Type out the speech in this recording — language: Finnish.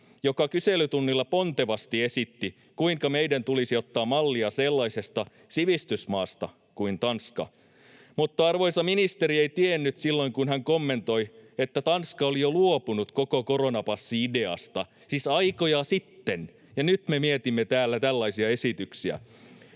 joka kyselytunnilla pontevasti esitti, kuinka meidän tulisi ottaa mallia sellaisesta sivistysmaasta kuin Tanska. Mutta arvoisa ministeri ei tiennyt silloin, kun hän kommentoi, että Tanska oli jo luopunut koko koronapassi-ideasta aikoja sitten, ja nyt me mietimme täällä tällaisia esityksiä.